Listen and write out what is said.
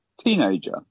teenager